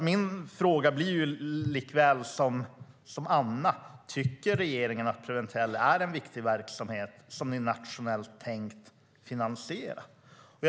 Min fråga blir, precis som Anna Walléns: Tycker regeringen att Preventell är en viktig verksamhet som ni tänker finansiera nationellt?